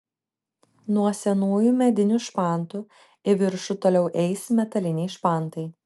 nuo senųjų medinių špantų į viršų toliau eis metaliniai špantai